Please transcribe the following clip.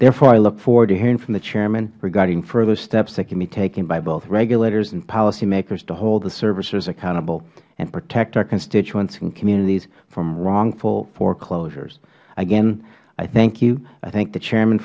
therefore i look forward to hearing from the chairman regarding further steps that can be taken by both regulators and policymakers to hold the servicers accountable and protect our constituents and communities from wrongful foreclosures again i thank you i thank the chairman